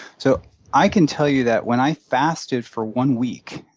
so i can tell you that when i fasted for one week,